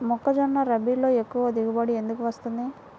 మొక్కజొన్న రబీలో ఎక్కువ దిగుబడి ఎందుకు వస్తుంది?